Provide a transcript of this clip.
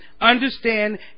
understand